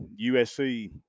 USC